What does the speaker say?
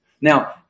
Now